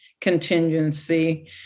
contingency